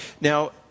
now